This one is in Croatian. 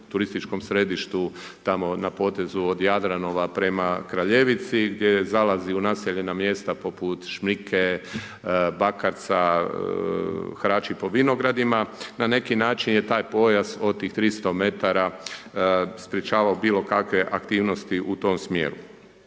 turističkom središtu, tamo na potezu od Jadranova prema Kraljevici, gdje zalazi u naseljena mjesta poput Šmrike, Bakarca, harači po vinogradima, na neki način je taj pojas od tih 300 metara sprječavao bilo kakve aktivnosti u tom smjeru.